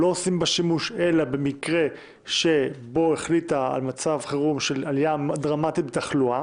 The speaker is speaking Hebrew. לא עושים בה שימוש אלא במקרה של מצב חירום בגלל עלייה דרמטית בתחלואה.